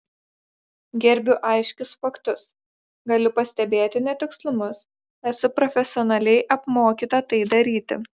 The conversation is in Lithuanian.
gerbiu aiškius faktus galiu pastebėti netikslumus esu profesionaliai apmokyta tai daryti